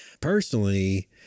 Personally